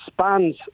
spans